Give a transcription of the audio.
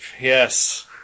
yes